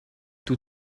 too